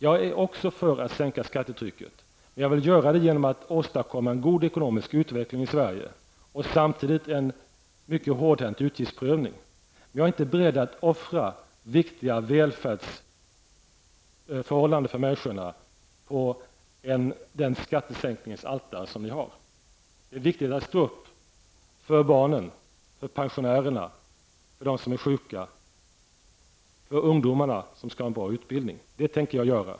Jag är också för att sänka skattetrycket, men jag vill göra det genom att åstadkomma en god ekonomisk utveckling i Sverige och samtidigt en mycket hårdhänt utgiftsprövning. Jag är inte beredd att offra viktiga välfärdsförhållanden för människorna på det skattesänkningens altare som ni har. Det är viktigt att stå upp för barnen, pensionärerna, för dem som är sjuka, för ungdomarna som skall ha en bra utbildning. Det tänker jag göra.